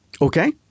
Okay